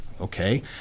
Okay